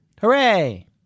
Hooray